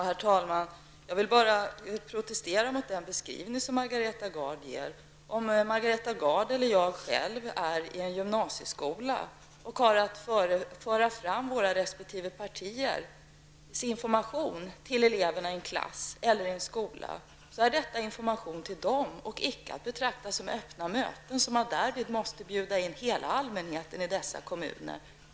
Herr talman! Jag vill protestera mot den beskrivning som Margareta Gard ger. Om Margareta Gard eller jag är i en gymnasieskola och har att föra fram våra resp. partiers information till eleverna i en klass eller i en skola, är det fråga om information till dessa elever och icke att betrakta som öppet möte dit man därmed måste bjuda in hela allmänheten i berörd kommun.